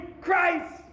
Christ